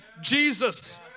Jesus